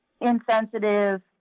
insensitive